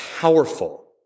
powerful